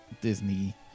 Disney